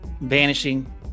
vanishing